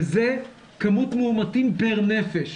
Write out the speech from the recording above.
וזה כמות מאומתים פר נפש.